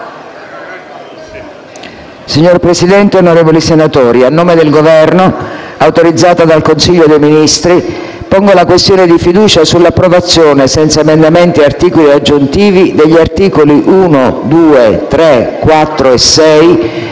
Signor Presidente, onorevoli senatori, a nome del Governo, autorizzata dal Consiglio dei ministri, pongo la questione di fiducia sull'approvazione, senza emendamenti né articoli aggiuntivi, degli articoli 1, 2, 3, 4 e 6